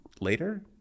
later